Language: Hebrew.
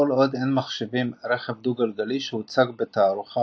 כל עוד אין מחשיבים רכב דו-גלגלי שהוצג בתערוכה